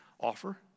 offer